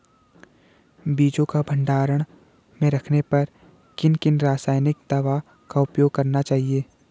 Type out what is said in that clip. बीजों को भंडारण में रखने पर किन किन रासायनिक दावों का उपयोग करना चाहिए?